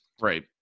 Right